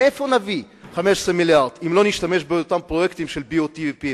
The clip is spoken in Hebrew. מאיפה נביא 15 מיליארד אם לא נשתמש באותם פרויקטים של BOT ו-PFI?